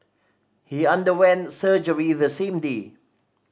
he underwent surgery the same day